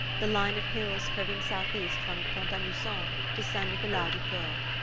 the line of hills curving southeast from pont-a-mousson to st. nicolas du port.